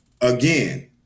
again